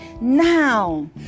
now